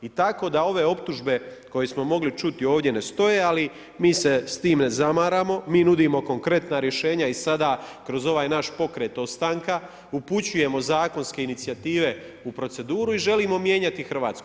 I tako da ove optužbe koje smo mogli čuti ovdje ne stoje, ali mi se s tim ne zamaramo, mi nudimo konkretna rješenja i sada kroz ovaj naš pokret ostanka, upućujemo zakonske inicijative u proceduru i želimo mijenjati Hrvatsku.